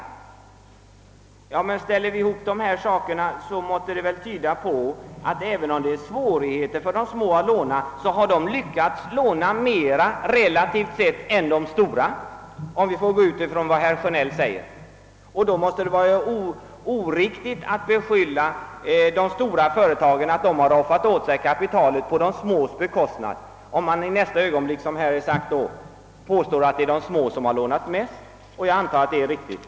Detta måste tyda på att även om det föreligger stora svårigheter för småföretagen att låna, så har de ändå lyckats låna relativt sett mer än de stora företagen, såvida vi nu kan utgå från att herr Sjönells uppgift är riktig, och det kan vi väl göra. Det måste då vara oriktigt att beskylla de stora företagen för att ha roffat åt sig kapitalet på de små företagens bekostnad.